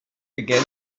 began